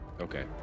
Okay